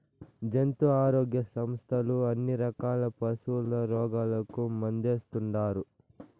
జంతు ఆరోగ్య సంస్థలు అన్ని రకాల పశుల రోగాలకు మందేస్తుండారు